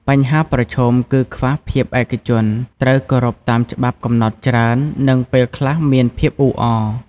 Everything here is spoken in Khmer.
បញ្ហាប្រឈមគឺខ្វះភាពឯកជន ត្រូវគោរពតាមច្បាប់កំណត់ច្រើន និងពេលខ្លះមានភាពអ៊ូអរ។